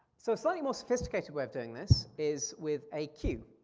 so a slightly more sophisticated way of doing this is with a queue.